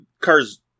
cars